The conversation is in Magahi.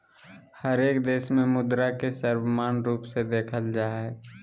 हरेक देश में मुद्रा के सर्वमान्य रूप से देखल जा हइ